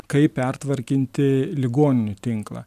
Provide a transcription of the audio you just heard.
kaip pertvarkyti ligoninių tinklą